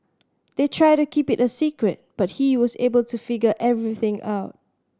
they tried to keep it a secret but he was able to figure everything out